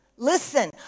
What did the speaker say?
Listen